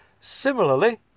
Similarly